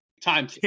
Time